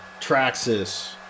Traxxas